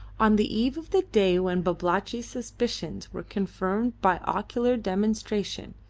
on the eve of the day when babalatchi's suspicions were confirmed by ocular demonstration,